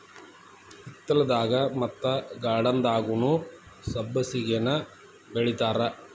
ಹಿತ್ತಲದಾಗ ಮತ್ತ ಗಾರ್ಡನ್ದಾಗುನೂ ಸಬ್ಬಸಿಗೆನಾ ಬೆಳಿತಾರ